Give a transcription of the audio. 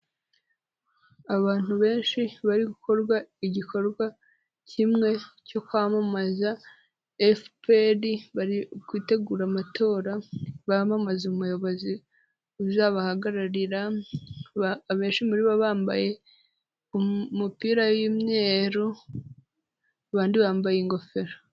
Abantu benshi bari gukorwa igikorwa kimwe cyo kwamamaza FPR, bari gutegura amatora bamamaza umuyobozi uzabahagararira, abenshi muri bo bambaye umupira w'umweru abandi bambaye ingofero.